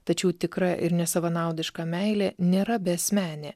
tačiau tikra ir nesavanaudiška meilė nėra beasmenė